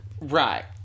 Right